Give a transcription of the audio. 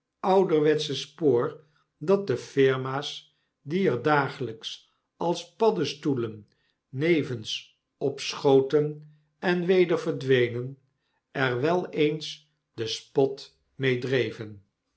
ouderwetsche spoor dat de flrma's die er dagelyks als paddestoelen nevens opschoten en weder verdwenen er wel eens den spot mee dreven